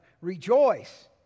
rejoice